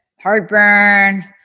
heartburn